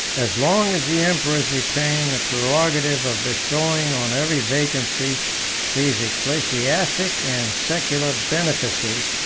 as long as the emperors retained the prerogative of bestowing on every vacancy these ecclesiastic and secular benefices,